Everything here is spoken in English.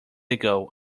ago